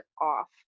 off